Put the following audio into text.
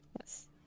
Yes